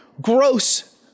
gross